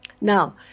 Now